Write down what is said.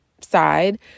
side